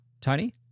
Tony